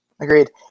Agreed